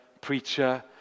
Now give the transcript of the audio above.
preacher